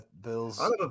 Bills